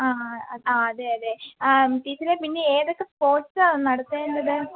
ആ ആ അതെയതെ ടീച്ചറെ പിന്നെ ഏതൊക്കെ സ്പോർട്സാ നടത്തേണ്ടത്